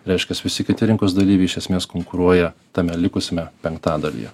reiškias visi kiti rinkos dalyviai iš esmės konkuruoja tame likusiame penktadalyje